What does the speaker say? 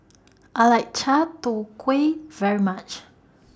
I like Chai Tow Kway very much